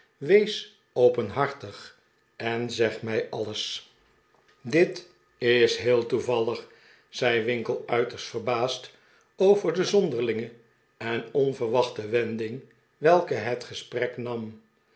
wees openhartig en zeg mij alles edelmoedigheid van dowler het is heel toevallig zei winkle uiterst verbaasd over de zonderlinge en onverwachte wending welke het gesprek nam